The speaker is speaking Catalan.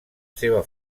seva